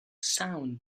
sound